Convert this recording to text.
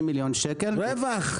רווח?